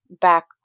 back